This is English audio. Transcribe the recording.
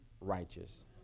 righteous